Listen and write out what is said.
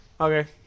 Okay